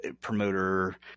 promoter